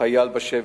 חייל בשבי.